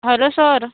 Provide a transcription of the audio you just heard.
hello sir